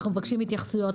אנחנו מבקשים התייחסויות,